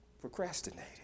procrastinated